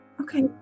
Okay